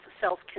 self